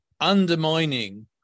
undermining